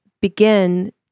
begin